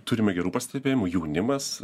turime gerų pastebėjimų jaunimas